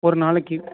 ஒரு நாளைக்கு